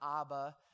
Abba